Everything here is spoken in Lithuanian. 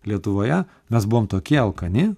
lietuvoje mes buvom tokie alkani